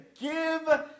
give